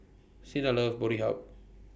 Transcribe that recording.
Cinda loves Boddey help